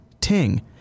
Ting